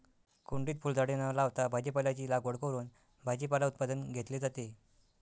कुंडीत फुलझाडे न लावता भाजीपाल्याची लागवड करून भाजीपाला उत्पादन घेतले जाते